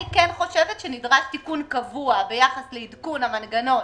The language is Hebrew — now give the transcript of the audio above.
אני כן חושבת שנדרש תיקון קבוע ביחס לעדכון המנגנון